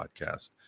podcast